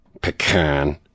pecan